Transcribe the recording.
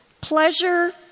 pleasure